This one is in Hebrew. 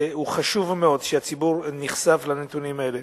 חשוב מאוד שהציבור ייחשף לנתונים האלה.